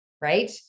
right